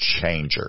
changer